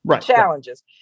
challenges